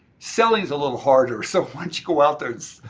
selling's a little harder so why don't you go out there,